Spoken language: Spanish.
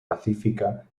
pacífica